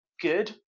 good